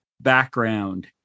background